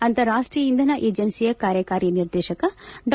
ಅಂತಾರಾಷ್ಷೀಯ ಇಂಧನ ಏಜೆನ್ಸಿಯ ಕಾರ್ಯಕಾರಿ ನಿರ್ದೇಶಕ ಡಾ